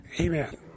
Amen